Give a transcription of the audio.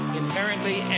inherently